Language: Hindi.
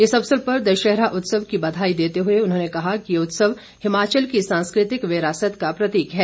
इस अवसर पर दशहरा उत्सव की बधाई देते हुए उन्होंने कहा कि ये उत्सव हिमाचल की सांस्कृतिक विरासत का प्रतीक है